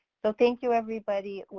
so thank you, everybody.